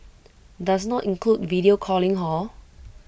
does not include video calling hor